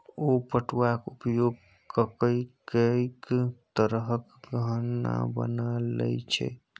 ओ पटुआक उपयोग ककए कैक तरहक गहना बना लए छै